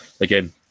Again